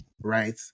right